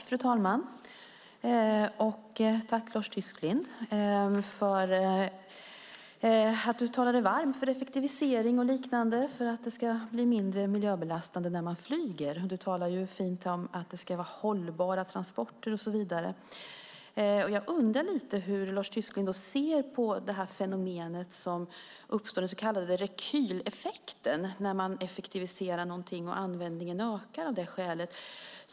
Fru talman! Jag tackar Lars Tysklind för att han talade varmt för effektivisering och liknande för att det ska bli mindre miljöbelastande när man flyger. Du talade fint om att det ska vara hållbara transporter och så vidare. Jag undrar hur Lars Tysklind ser på det fenomen som uppstår, den så kallade rekyleffekten, alltså när man effektiviserar någonting och användningen ökar av det skälet.